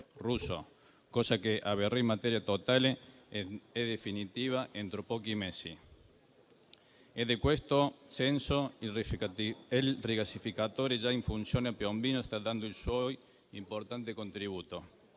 cosa che avverrà in maniera totale e definitiva entro pochi mesi. In tal senso, il rigassificatore già in funzione a Piombino sta dando il suo importante contributo.